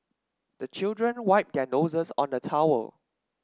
the children wipe their noses on the towel